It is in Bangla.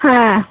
হ্যাঁ